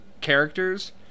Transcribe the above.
characters